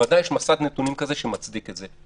בוודאי יש מסד נתונים כזה שמצדיק את זה.